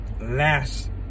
last